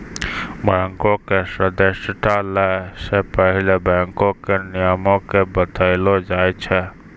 बैंको के सदस्यता लै से पहिले बैंको के नियमो के बतैलो जाय छै